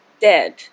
dead